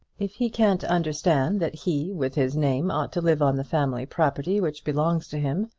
if he can't understand that he, with his name, ought to live on the family property which belongs to him,